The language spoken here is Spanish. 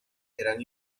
eran